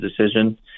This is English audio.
decision